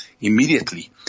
immediately